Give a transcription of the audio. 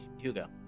hugo